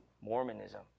Mormonism